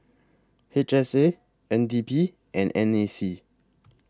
H S A N D P and N A C